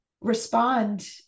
respond